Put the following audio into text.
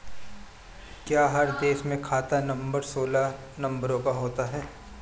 क्या हर देश में खाता नंबर सोलह नंबरों का होता है?